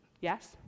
Yes